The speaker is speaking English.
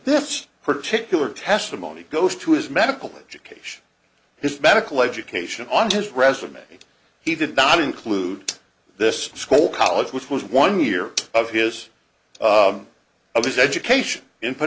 this particular testimony goes to his medical education his medical education on his resume he did not include this school college which was one year of his of his education in